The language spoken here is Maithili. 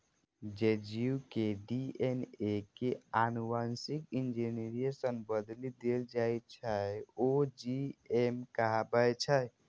जे जीव के डी.एन.ए कें आनुवांशिक इंजीनियरिंग सं बदलि देल जाइ छै, ओ जी.एम कहाबै छै